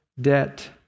debt